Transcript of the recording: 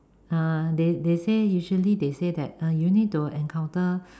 ah they they say usually they say that err you need to encounter